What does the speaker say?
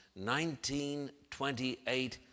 1928